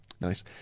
Nice